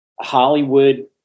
Hollywood